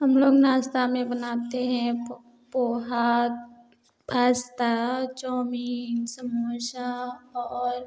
हम लोग नास्ता में बनाते हैं पोहा पास्ता चौमीन समोसा और